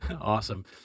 Awesome